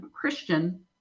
Christian